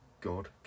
God